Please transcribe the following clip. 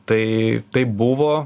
tai taip buvo